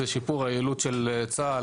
שיפור היעילות של צה"ל